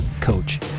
Coach